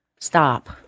stop